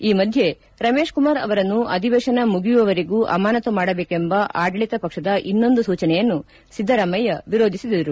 ಈ ಮಧ್ಯೆ ರಮೇಶ್ ಕುಮಾರ್ ಅವರನ್ನು ಅಧಿವೇಶನ ಮುಗಿಯುವವರೆಗೂ ಅಮಾನತು ಮಾಡಬೇಕೆಂಬ ಆಡಳಿತ ಪಕ್ಷದ ಇನ್ನೊಂದು ಸೂಚನೆಯನ್ನು ಸಿದ್ದರಾಮಯ್ಯ ವಿರೋಧಿಸಿದರು